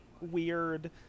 weird